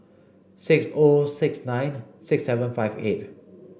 six O six nine six seven five eight